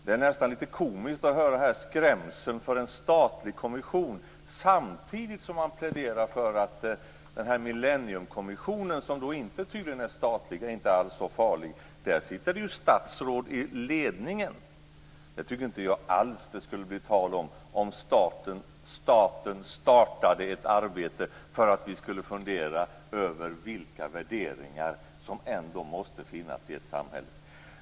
Det är nästan lite komiskt att här höra skrämseln för en statlig kommission, samtidigt som man pläderar för att den millenniekommission som tydligen inte är statlig inte alls är så farlig. Men där finns ju statsråd i ledningen. Det tycker jag inte alls att det skulle bli tal om ifall staten startade ett arbete för att vi skulle fundera över vilka värderingar som ändå måste finnas i ett samhälle.